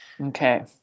Okay